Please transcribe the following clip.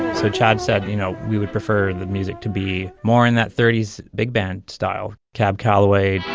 so chad said, you know, we would prefer the music to be more in that thirty s big band style cab calloway